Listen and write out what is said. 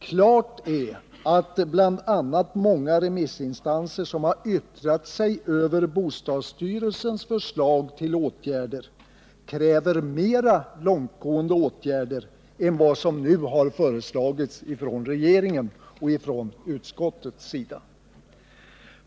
Klart är att bl.a. många remissinstanser, som har yttrat sig över bostadsstyrelsens förslag till åtgärder, kräver mer långtgående åtgärder än som nu föreslagits av regeringen och av utskottet.